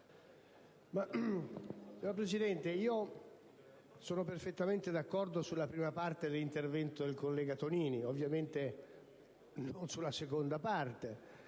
Presidente, sono perfettamente d'accordo sulla prima parte dell'intervento del senatore Tonini, ma ovviamente non sulla seconda.